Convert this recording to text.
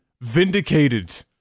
vindicated